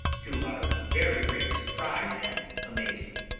to our very great surprise and amazement.